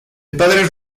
padres